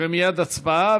ומייד הצבעה,